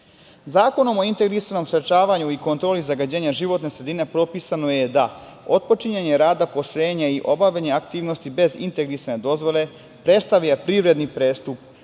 o integrisanom sprečavanju i kontroli zagađenja životne sredine propisano je da otpočinjanje rada postrojenja i obavljanja aktivnosti bez integrisane dozvole predstavlja privredni prestup